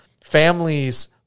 families